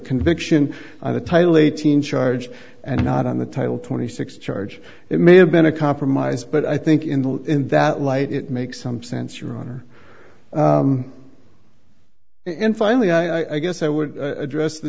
conviction on a title eighteen charge and not on the title twenty six charge it may have been a compromise but i think in the in that light it makes some sense your honor and finally i guess i would address the